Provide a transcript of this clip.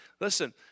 listen